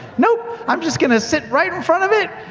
nope, i'm just going to sit right in front of it,